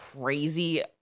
crazy